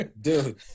Dude